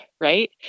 right